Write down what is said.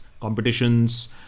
competitions